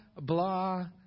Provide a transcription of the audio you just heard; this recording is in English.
blah